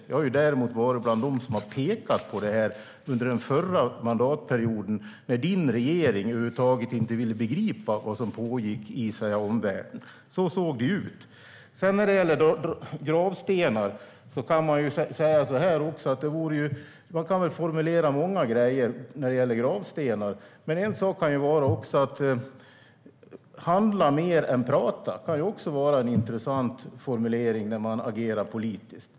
Jag hörde dessutom till dem som pekade på det här under den förra mandatperioden, när din regering, Allan Widman, över huvud taget inte ville begripa vad som pågick i omvärlden. När det gäller gravstenar kan man väl formulera många grejer. "Handla mer än prata" kan också vara en intressant formulering när man agerar politiskt.